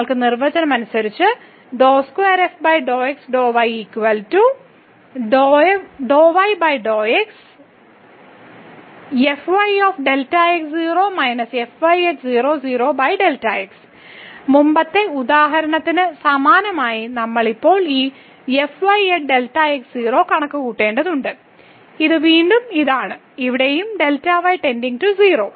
നമ്മൾക്ക് നിർവചനം അനുസരിച്ച് മുമ്പത്തെ ഉദാഹരണത്തിന് സമാനമായി നമ്മൾ ഇപ്പോൾ ഈ f y Δx 0 കണക്കുകൂട്ടേണ്ടതുണ്ട് ഇത് വീണ്ടും ഇതാണ് ഇവിടെയും Δy → 0 ഉം